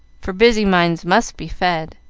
for busy minds must be fed,